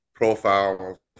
Profile